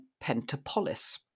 Pentapolis